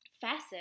facet